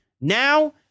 Now